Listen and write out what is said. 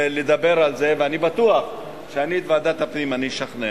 ואני בטוח שאת ועדת הפנים אני אשכנע.